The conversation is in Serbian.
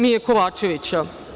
Mije Kovačevića.